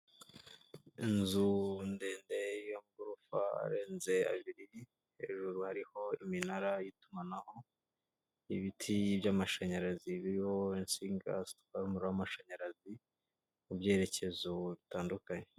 Inzu ndende y'amagorofa arenze abiri, hejuru hariho iminara y'itumanaho, ibiti by'amashanyarazi biriho insinga zitwara umuriro w'amashanyarazi, mu byerekezo bitandukanye.